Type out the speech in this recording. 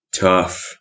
tough